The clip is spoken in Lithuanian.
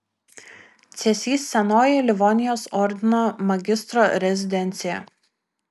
cėsys senoji livonijos ordino magistro rezidencija